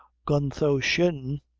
gluntho shin!